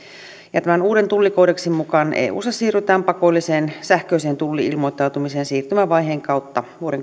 tämän uuden tullikoodeksin mukaan eussa siirrytään pakolliseen sähköiseen tulli ilmoittamiseen siirtymävaiheen kautta vuoden